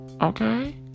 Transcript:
Okay